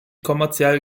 kommerziell